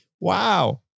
Wow